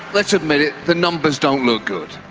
let's admit it, the numbers don't look good.